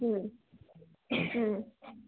ಹ್ಞೂ ಹ್ಞೂ